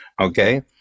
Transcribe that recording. Okay